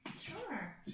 Sure